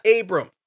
Abram